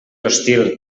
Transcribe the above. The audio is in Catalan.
hostil